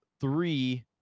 three